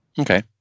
Okay